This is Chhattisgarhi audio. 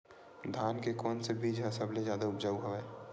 धान के कोन से बीज ह सबले जादा ऊपजाऊ हवय?